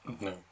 No